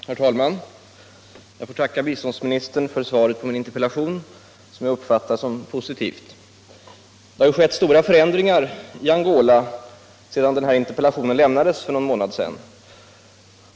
Herr talman! Jag får tacka biståndsministern för svaret på min interpellation, vilket jag uppfattar som positivt. Det har skett stora förändringar i Angola sedan interpellationen lämnades för någon månad sedan.